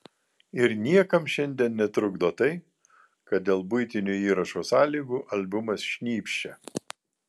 ir niekam šiandien netrukdo tai kad dėl buitinių įrašo sąlygų albumas šnypščia